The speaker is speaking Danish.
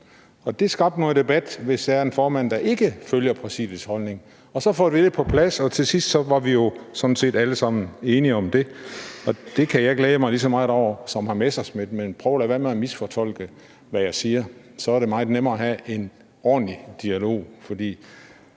Det skabte noget debat, hvis der var en formand, der ikke fulgte Præsidiets holdning. Så fik vi det på plads, og til sidst var vi jo sådan set alle sammen enige om det. Det kan jeg glæde mig ligeså meget over som hr. Morten Messerschmidt, men prøv at lade være med at misfortolke, hvad jeg siger. Så er det meget nemmere at have en ordentlig dialog.